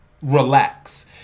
relax